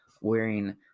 Wearing